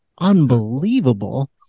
unbelievable